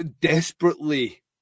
desperately